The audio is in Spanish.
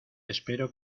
espero